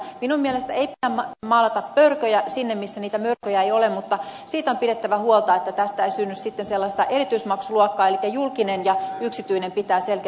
minun mielestäni ei pidä maalata mörköjä sinne missä niitä mörköjä ei ole mutta siitä on pidettävä huolta että tästä ei synny sitten sellaista erityismaksuluokkaa elikkä julkinen ja yksityinen pitää silti